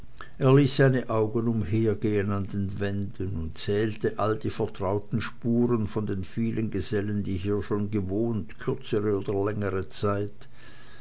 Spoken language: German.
augen umhergehen an den wänden und zählte alle die vertrauten spuren von den vielen gesellen die hier schon gewohnt kürzere oder längere zeit